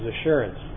assurance